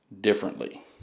differently